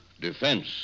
defense